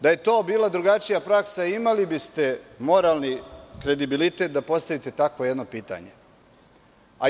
Da je to bila drugačija praksa, imali biste moralni kredibilitet da postavite jedno takvo pitanje.